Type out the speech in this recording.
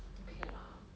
okay lah